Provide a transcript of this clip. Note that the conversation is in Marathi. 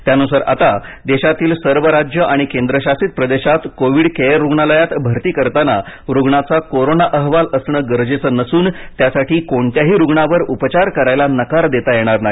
त्यानुसार आता देशातील सर्व राज्य आणि केंद्रशासित प्रदेशात कोविड केअर रुग्णालयात भरती करताना रुग्णाचा कोरोना अहवाल असणं गरजेचं नसून त्यासाठी कोणत्याही रुग्णावर उपचार करायला नकार देता येणार नाही